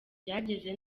byageze